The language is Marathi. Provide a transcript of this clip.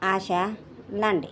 आशा नांडे